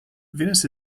venus